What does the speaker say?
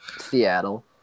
Seattle